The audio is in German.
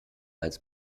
als